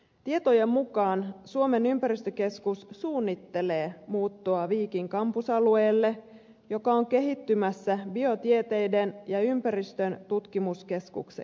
tietojen mukaan suomen ympäristökeskus suunnittelee muuttoa viikin kampusalueelle joka on kehittymässä biotieteiden ja ympäristön tutkimuskeskukseksi